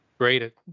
Great